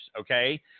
okay